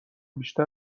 بیشتر